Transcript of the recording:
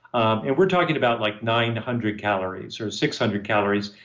and we're talking about like nine hundred calories, or six hundred calories,